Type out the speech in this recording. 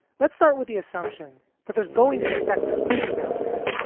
let's start with the assumption that there's going to be sexist views out there,